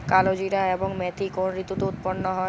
কালোজিরা এবং মেথি কোন ঋতুতে উৎপন্ন হয়?